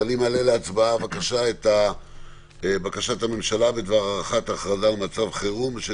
אני מעלה להצבעה את בקשת הממשלה בדבר הארכת הכרזה על מצב חירום בשל